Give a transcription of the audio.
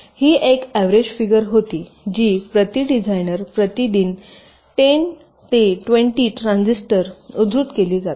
ही एक average figure होती जी प्रति डिझाइनर प्रति दिन 10 ते 20 ट्रान्झिस्टर उद्धृत केली जाते